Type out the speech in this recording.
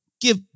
give